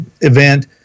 event